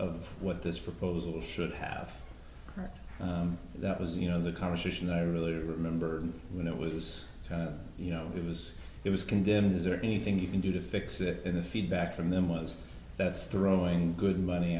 of what this proposal should have that was you know the conversation i really remember when it was you know it was it was condemned is there anything you can do to fix it in the feedback from them was that's throwing good money